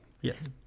Yes